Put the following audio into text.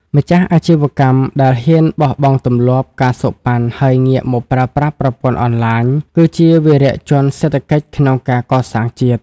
ម្ចាស់អាជីវកម្មដែលហ៊ានបោះបង់ទម្លាប់ ការសូកប៉ាន់ ហើយងាកមកប្រើប្រាស់ប្រព័ន្ធអនឡាញ គឺជាវីរជនសេដ្ឋកិច្ចក្នុងការកសាងជាតិ។